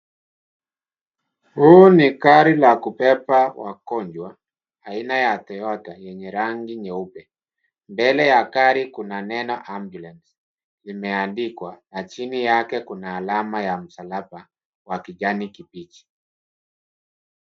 Huu ni gari la kubeba wagonjwa aina ya Toyota yenye rangi nyeupe. Mbele ya gari kuna neno ambulance imeandikwa na chini yake kuna alama ya msalaba wa kijani kibichi.